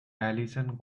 alison